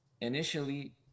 initially